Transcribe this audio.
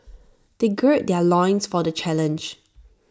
they gird their loins for the challenge